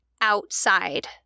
outside